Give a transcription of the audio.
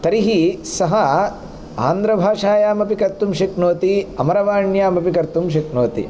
तर्हि सः आन्ध्रभाषायाम् अपि कर्तुं शक्नोति अमरवाण्याम् अपि कर्तुं शक्नोति